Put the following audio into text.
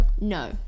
No